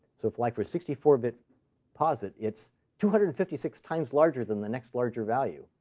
so if like, for a sixty four bit posit, it's two hundred and fifty six times larger than the next larger value.